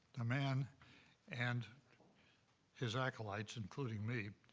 a man and his acolytes, including me,